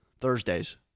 Thursdays